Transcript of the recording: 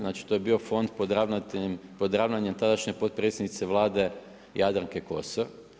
Znači to je bio fond pod ravnanjem tadašnje potpredsjednice Vlade Jadranke Kosor.